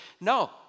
No